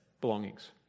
belongings